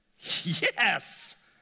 Yes